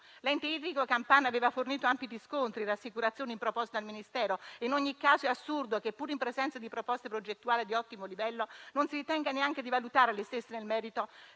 L'ente idrico campano aveva fornito anche riscontri, rassicurazioni e proposte al Ministero e in ogni caso è assurdo che, pur in presenza di proposte progettuali di ottimo livello, non si ritenga neanche di valutare le stesse nel merito